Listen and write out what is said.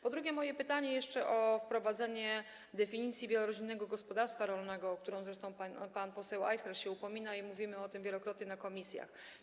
Po drugie, moje pytanie jest jeszcze o wprowadzenie definicji wielorodzinnego gospodarstwa rolnego, o którą zresztą pan poseł Ajchler się upomina i mówimy o tym wielokrotnie na posiedzeniach komisji.